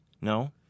No